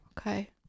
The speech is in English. okay